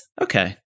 Okay